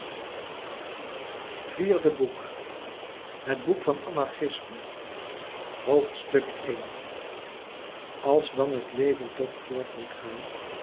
het boek van anarchisme louis couperus metamorfoze als dan het leven toch voort moest gaan